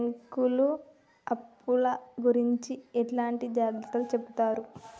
బ్యాంకులు అప్పుల గురించి ఎట్లాంటి జాగ్రత్తలు చెబుతరు?